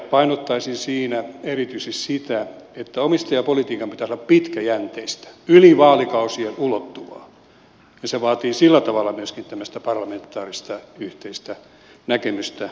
painottaisin siinä erityisesti sitä että omistajapolitiikan pitäisi olla pitkäjänteistä yli vaalikausien ulottuvaa ja se vaatii sillä tavalla myöskin tämmöistä parlamentaarista yhteistä näkemystä omistajapolitiikasta